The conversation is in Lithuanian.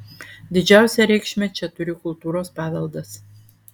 didžiausią reikšmę čia turi kultūros paveldas